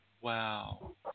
wow